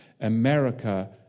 America